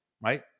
right